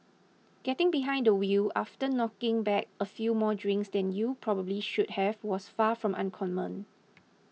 getting behind the wheel after knocking back a few more drinks than you probably should have was far from uncommon